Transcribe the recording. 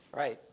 Right